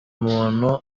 muntu